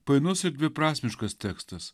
painus ir dviprasmiškas tekstas